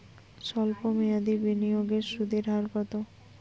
সল্প মেয়াদি বিনিয়োগের সুদের হার কত?